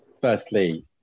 firstly